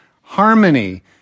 harmony